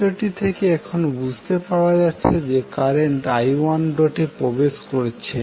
চিত্রটি থেকে এখানে বুঝতে পারা যাচ্ছে যে কারেন্ট i1 ডটে প্রবেশ করছে